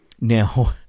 Now